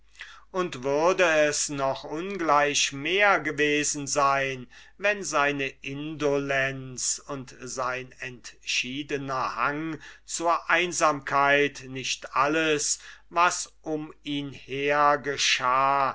und würde es noch ungleich mehr gewesen sein wenn seine indolenz und sein entschiedener hang zur einsamkeit nicht alles was um ihn her geschah